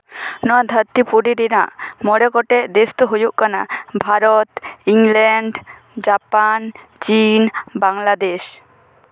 ᱱᱚᱶᱟ ᱫᱷᱟᱹᱨᱛᱤ ᱯᱩᱨᱤ ᱨᱮᱱᱟᱜ ᱢᱚᱬᱮ ᱜᱚᱴᱮᱡ ᱫᱮᱥ ᱫᱚ ᱦᱩᱭᱩᱜ ᱠᱟᱱᱟ ᱵᱷᱟᱨᱚᱛ ᱤᱝᱞᱮᱱᱰ ᱡᱟᱯᱟᱱ ᱪᱤᱱ ᱵᱟᱝᱞᱟᱫᱮᱥ